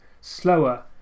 slower